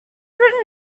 written